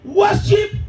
worship